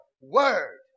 word